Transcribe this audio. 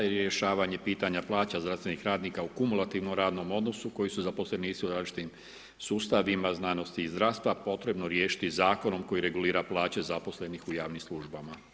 Jer je rješavanje pitanja plaća zdravstvenih radnika u kumulativnom radnom odnosu kojem su zaposlenici u različitim sustavima, znanosti i zdravstva, potrebno riješiti zakonom koji regulira plaće zaposlenih u javnim službama.